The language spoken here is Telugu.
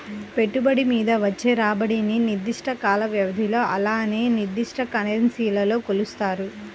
పెట్టుబడి మీద వచ్చే రాబడిని నిర్దిష్ట కాల వ్యవధిలో అలానే నిర్దిష్ట కరెన్సీలో కొలుత్తారు